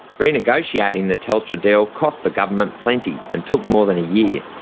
renegotiating the telstra deal cost the government plenty, and took more than a year.